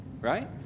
right